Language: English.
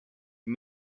you